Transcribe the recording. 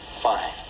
Fine